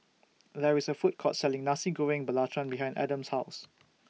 There IS A Food Court Selling Nasi Goreng Belacan behind Adams' House